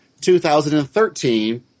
2013